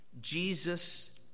Jesus